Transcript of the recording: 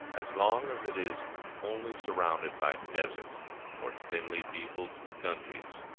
as long as it is only surrounded by desert or thinly peopled countries,